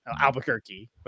Albuquerque